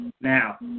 Now